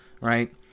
right